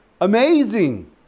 Amazing